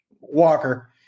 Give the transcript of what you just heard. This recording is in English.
Walker